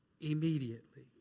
immediately